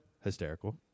hysterical